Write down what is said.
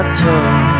tongue